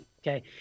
Okay